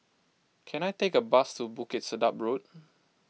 can I take a bus to Bukit Sedap Road